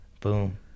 Boom